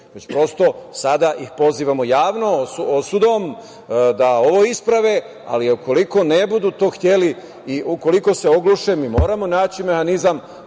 prosto ih sada pozivamo javno, osudom, da ovo isprave, ali ukoliko ne budu to hteli i ukoliko se ogluše, mi moramo naći mehanizam